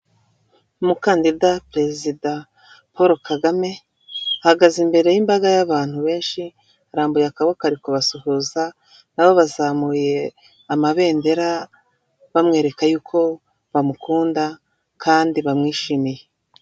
Umukandida perezida Paul Kagame, ahagaze imbere y'imbaga y'abantu benshi arambuye akaboko ari kubasuhuza, nabo bazamuye amabendera bamwereka ko bamukunda kandi bamwishimiye.